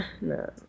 No